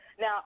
Now